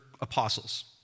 apostles